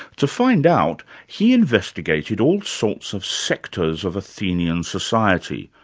to find out, he investigated all sorts of sectors of athenian society,